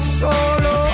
solo